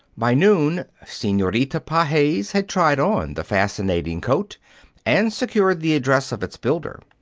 by noon, senorita pages had tried on the fascinating coat and secured the address of its builder.